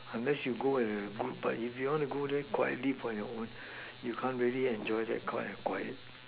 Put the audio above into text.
unless you go in a group but if you want to go there quietly on your own you can't really enjoy that quiet quiet